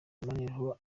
maniriho